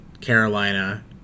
Carolina